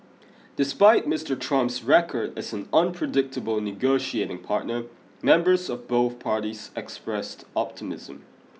despite Mister Trump's record as an unpredictable negotiating partner members of both parties expressed optimism